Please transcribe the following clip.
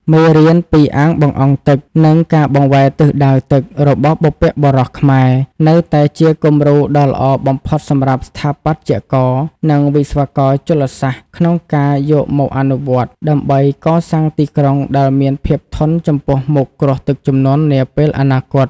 មេរៀនពី អាងបង្អង់ទឹក និងការបង្វែរទិសដៅទឹក របស់បុព្វបុរសខ្មែរ នៅតែជាគំរូដ៏ល្អបំផុតសម្រាប់ស្ថាបត្យករ និងវិស្វករជលសាស្ត្រក្នុងការយកមកអនុវត្ត ដើម្បីកសាងទីក្រុងដែលមានភាពធន់ចំពោះមុខគ្រោះទឹកជំនន់នាពេលអនាគត។